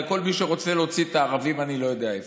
לכל מי שרוצה להוציא את הערבים לאני לא יודע איפה.